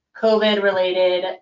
COVID-related